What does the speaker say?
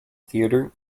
theatre